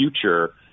future